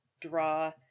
draw